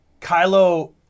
Kylo